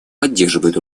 поддерживает